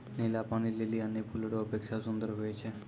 नीला पानी लीली अन्य फूल रो अपेक्षा सुन्दर हुवै छै